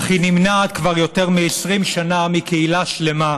אך היא נמנעת כבר יותר מ-20 שנה מקהילה שלמה,